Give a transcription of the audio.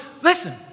listen